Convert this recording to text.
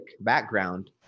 background